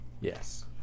Yes